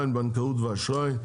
אני פותח את הישיבה בנושא פרק ז' (בנקאות ואשראי),